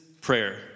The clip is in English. prayer